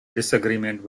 disagreement